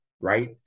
right